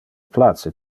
place